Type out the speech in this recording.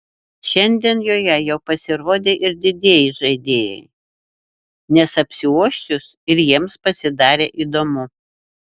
šiandien joje jau pasirodė ir didieji žaidėjai nes apsiuosčius ir jiems pasidarė įdomu